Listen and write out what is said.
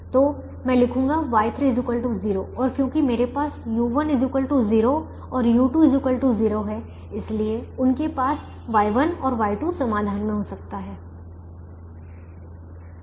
तो मैं लिखूंगा Y3 0 और क्योंकि मेरे पास u1 0 और u2 0 है इसलिए उनके पास Y1 है और Y2 समाधान में हो सकता है